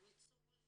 זה ניצול,